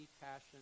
passion